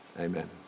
Amen